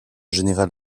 général